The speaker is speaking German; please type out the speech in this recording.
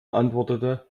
antwortete